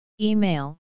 Email